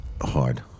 hard